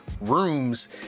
rooms